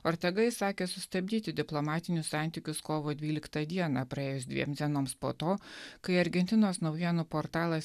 ortega įsakė sustabdyti diplomatinius santykius kovo dvyliktą dieną praėjus dviem dienoms po to kai argentinos naujienų portalas